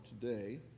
today